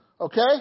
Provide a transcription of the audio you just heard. okay